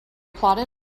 applauded